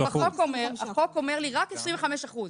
החוק אומר לי רק 25 אחוזים.